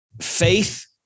faith